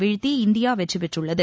வீழ்த்தி இந்தியா வெற்றி பெற்றுள்ளது